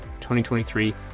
2023